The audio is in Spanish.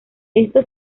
esto